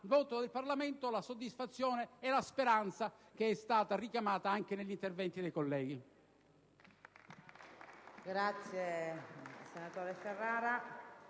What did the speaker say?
nel voto del Parlamento la soddisfazione e la speranza, come richiamato anche negli interventi dei colleghi.